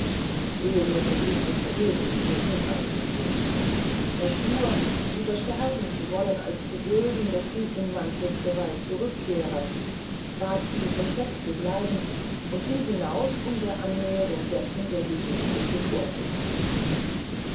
theodor versuchte vergeblich ihr muth einzuflößen er schwur lieber sterben zu wollen als zu dulden daß sie in manfreds gewalt zurückkehre bat sie versteckt zu bleiben und ging hinaus um der annäherung dessen der sie suchte zuvorzukommen